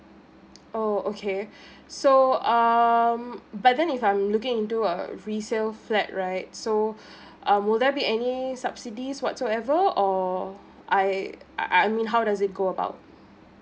oh okay so um but then if I'm looking into a resale flat right so um will there be any subsidies whatsoever or I I mean how does it go about